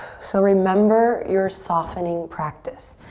so remember your softening practice.